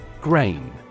Grain